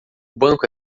banco